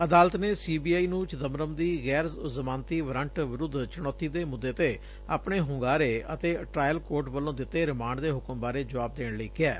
ਅਦਾਲਤ ਨੇ C B I ਨੂੰ ਚਿਦੰਬਰਮ ਦੀ ਗੈਰ ਜ਼ਮਾਨਤੀ ਵਾਰੰਟ ਵਿਰੁੱਧ ਚੁਣੌਤੀ ਦੇ ਮੁੱਦੇ ਤੇ ਆਪਣੇ ਹੂੰਗਾਰੇ ਅਤੇ ਟਰਾਇਲ ਕੋਰਟ ਵੱਲੋ ਦਿੱਤੇ ਰਿਮਾਡ ਦੇ ਹੁਕਮ ਬਾਰੇ ਜੁਆਬ ਦੇਣ ਲਈ ਕਿਹੈ